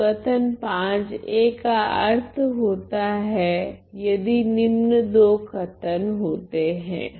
तो कथन Va का अर्थ होता है यदि निम्न दो कथन होते हैं